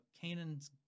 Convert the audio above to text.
Canaan's